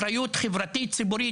אחריות ציבורית וחברתית,